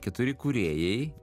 keturi kūrėjai